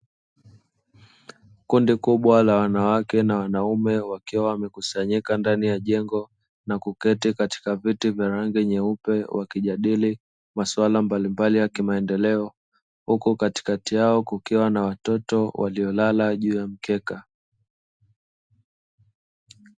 Kundi kubwa la wanawake na wanaume, wakiwa wamekusanyika ndani ya jengo na kuketi katika viti vyenye rangi nyeupe, wakijadili masuala mbalimbali ya kimaendeleo, huku katikati yao kukiwa na watoto waliolala juu ya mkeka.